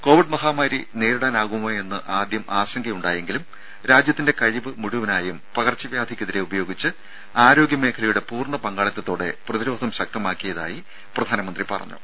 Covid മഹാമാരിയെ നേരിടാനാകുമോ എന്ന് ആദ്യം ആശങ്കയുണ്ടായെങ്കിലും രാജ്യത്തിന്റെ കഴിവ് മുഴുവനായും പകർച്ചവ്യാധിക്കെതിരെ ഉപയോഗിച്ച് ആരോഗ്യമേഖലയുടെ പൂർണ പങ്കാളിത്തതോടെ പ്രതിരോധം ശക്തമാക്കിയതായി പ്രധാനമന്ത്രി പറഞ്ഞു